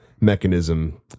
mechanism